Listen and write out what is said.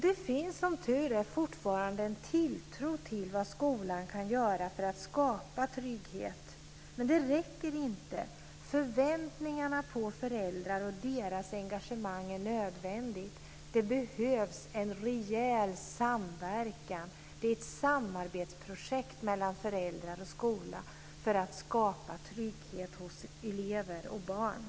Det finns som tur är fortfarande en tilltro till vad skolan kan göra för att skapa trygghet, men det räcker inte. Förväntningarna på föräldrarna och deras engagemang är nödvändiga. Det behövs en rejäl samverkan. Det är ett samarbetsprojekt mellan föräldrar och skola att skapa trygghet hos elever och barn.